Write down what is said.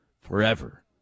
forever